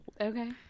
Okay